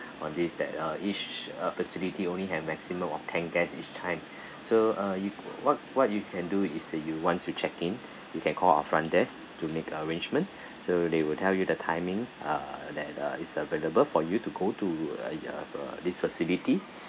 on this that uh each uh facility only have maximum of ten guests each time so uh you what what you can do is is once you check in you can call our front desk to make arrangement so they will tell you the timing uh that uh is available for you to go to uh it have uh this facility